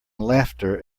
laughter